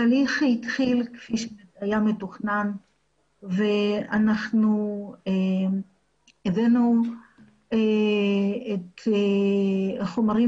התהליך התחיל כפי שהיה מתוכנן ואנחנו הבאנו את החומרים